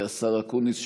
השר אקוניס,